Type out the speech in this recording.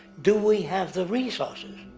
do we have the resources?